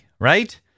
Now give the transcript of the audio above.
right